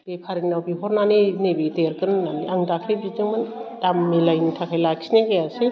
बेफारिनाव बिहरनानै नैबे देरगोन होन्नानै आं दाख्लै बिदोंमोन दाम मिलायैनि थाखाय लाखिनाय जायासै